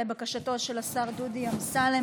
לבקשתו של השר דודי אמסלם,